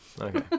okay